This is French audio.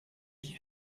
qui